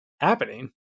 happening